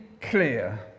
clear